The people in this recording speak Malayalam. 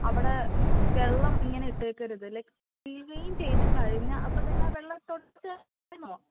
അവിടെ വെള്ളം ഇങ്ങനെ ഇട്ടേക്കരുത് ലൈക്ക് ക്ലീൻ ചെയ്ത് കഴിഞ്ഞാൽ അപ്പോൾ തന്നെ ആ വെള്ളം തുടച്ചു